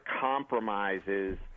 compromises